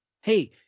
hey